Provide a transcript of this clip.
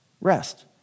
rest